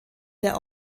der